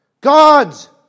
God's